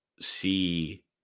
see